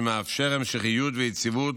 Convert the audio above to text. שמאפשר המשכיות ויציבות,